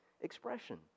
expression